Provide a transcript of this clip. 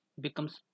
becomes